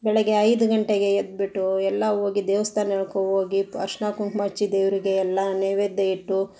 ಬೆಳಿಗ್ಗೆ ಐದು ಗಂಟೆಗೆ ಎದ್ದುಬಿಟ್ಟು ಎಲ್ಲ ಹೋಗಿ ದೇವಸ್ಥಾಕ್ಕು ಹೋಗಿ ಅರಿಶ್ಣ ಕುಂಕುಮ ಹಚ್ಚಿ ದೇವರಿಗೆ ಎಲ್ಲ ನೈವೇದ್ಯ ಇಟ್ಟು